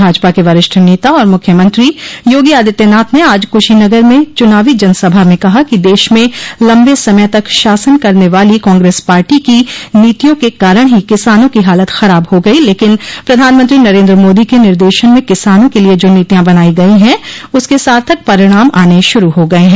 भाजपा के वरिष्ठ नेता और मुख्यमंत्री योगी आदित्यनाथ ने आज कुशीनगर में चुनावी जनसभा में कहा कि देश में लम्बे समय तक शासन करने वाली कांग्रेस पार्टी की नीतिया के कारण ही किसानों की हालत खराब हो गई लेकिन प्रधानमंत्री नरेन्द्र मोदी के निर्देशन में किसानों के लिये जो नीतियां बनाई गई ह उसके सार्थक परिणाम आने शूरू हो गये हैं